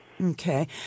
Okay